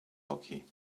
hockey